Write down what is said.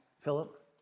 Philip